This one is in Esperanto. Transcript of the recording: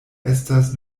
estas